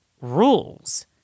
rules